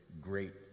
great